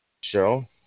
show